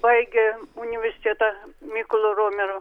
baigė universitetą mykolo romerio